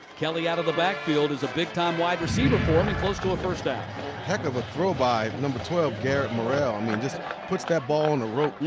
kelley out of the backfield as a big-time wide receiver. close to a first down. a heck of a throw by number twelve, garret morrell. i mean just puts that ball on a rope.